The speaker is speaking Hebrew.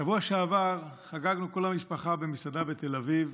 בשבוע שעבר חגגנו כל המשפחה במסעדה בתל אביב,